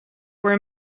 were